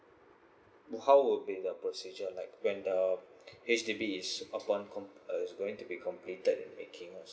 how would be the procedure like when the H_D_B is upon comple~ um is going to be completed in making